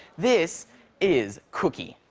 this is cookie.